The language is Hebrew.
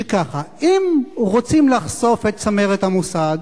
זה ככה: אם רוצים לחשוף את צמרת המוסד,